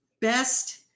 best